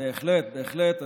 בהחלט, בהחלט.